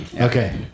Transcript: Okay